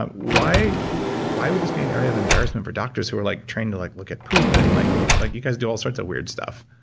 ah why why would this be an area of embarrassment for doctors who are like trained to like look at poop. and like like like you guys do all sorts of weird stuff?